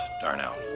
Darnell